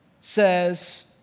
says